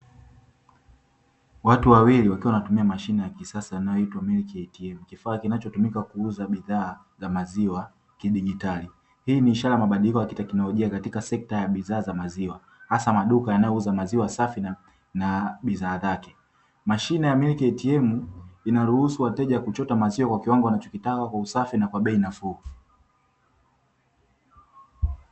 Watu wawili wakiwa wanatumia mashine ya kisasa inayoitwa "milk ATM". Kifaa kinachotumika kuuza bidhaa za maziwa kidijitali. Hii ni ishara ya mabadiliko ya kiteknolojia katika sekta ya bidhaa za maziwa, hasa maduka yanayouza maziwa safi na bidhaa zake. Mashine ya "milk ATM" inaruhusu wateja kuchota maziwa kwa kiwango wanachotaka, kwa usafi na kwa bei nafuu.